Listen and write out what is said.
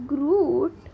Groot